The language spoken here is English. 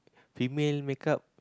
female makeup